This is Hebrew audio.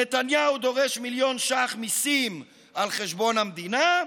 נתניהו דורש מיליון ש"ח מיסים על חשבון המדינה,